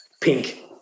pink